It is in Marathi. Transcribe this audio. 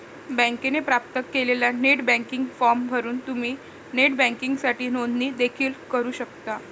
बँकेने प्राप्त केलेला नेट बँकिंग फॉर्म भरून तुम्ही नेट बँकिंगसाठी नोंदणी देखील करू शकता